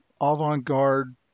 avant-garde